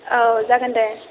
औ जागोन दे